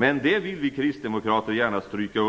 Men vi kristdemokrater vill gärna understryka